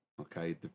Okay